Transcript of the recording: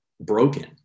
broken